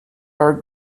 our